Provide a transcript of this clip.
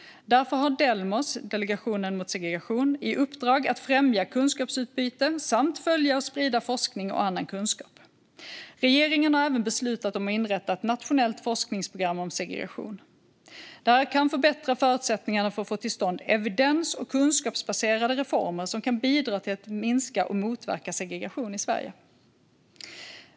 Därför har Delmos, Delegationen mot segregation, i uppdrag att främja kunskapsutbyte samt följa och sprida forskning och annan kunskap. Regeringen har även beslutat om att inrätta ett nationellt forskningsprogram om segregation. Detta kan förbättra förutsättningarna för att få till stånd evidens och kunskapsbaserade reformer som kan bidra till att minska och motverka segregation i Sverige.